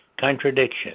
contradiction